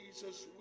Jesus